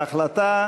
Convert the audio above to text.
ההחלטה